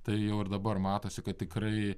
tai jau ir dabar matosi kad tikrai